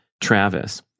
Travis